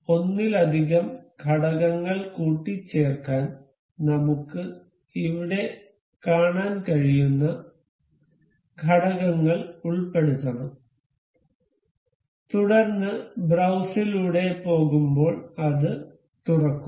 ഒന്നിലധികം ഘടകങ്ങൾ കൂട്ടിച്ചേർക്കാൻ നമുക്ക് ഇവിടെ കാണാൻ കഴിയുന്ന ഘടകങ്ങൾ ഉൾപ്പെടുത്തണം തുടർന്ന് ബ്രൌസിലൂടെ പോകുമ്പോൾ അത് തുറക്കും